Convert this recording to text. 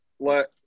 let